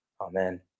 amen